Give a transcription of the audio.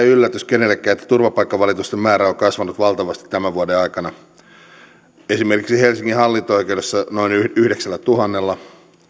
yllätys kenellekään että turvapaikkavalitusten määrä on kasvanut valtavasti tämän vuoden aikana esimerkiksi helsingin hallinto oikeudessa noin yhdeksällätuhannella